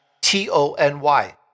T-O-N-Y